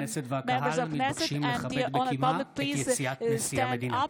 חברי הכנסת והקהל מתבקשים לכבד בקימה את יציאת נשיא המדינה.